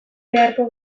beharko